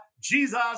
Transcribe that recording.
Jesus